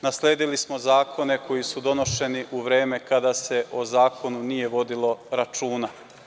Nasledili smo zakone koji su donošeni u vreme kada se o zakonu nije vodilo računa.